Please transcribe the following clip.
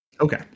Okay